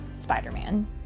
Spider-Man